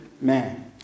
man